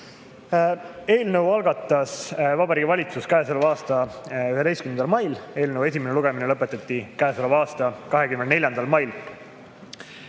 Eelnõu algatas Vabariigi Valitsus käesoleva aasta 11. mail. Eelnõu esimene lugemine lõpetati käesoleva aasta 24. mail.